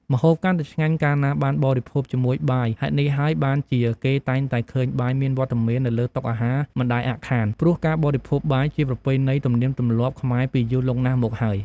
ម្ហូបកាន់តែឆ្ងាញ់ កាលណាបានបរិភោគជាមួយបាយ ហេតុនេះហើយបានជា គេតែងតែឃើញបាយមានវត្តមាននៅលើតុអាហារមិនដែលអាក់ខាន ព្រោះការបរិភោគបាយជាប្រពៃណីទំនៀមទម្លាប់ខ្មែរពីយូរលង់ណាស់មកហើយ។